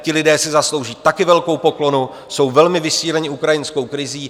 Ti lidé si zaslouží také velkou poklonu, jsou velmi vysíleni ukrajinskou krizí.